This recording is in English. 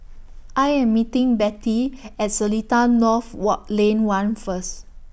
I Am meeting Bette At Seletar North Walk Lane one First